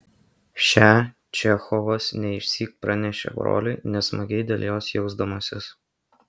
šią čechovas ne išsyk pranešė broliui nesmagiai dėl jos jausdamasis